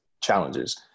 challenges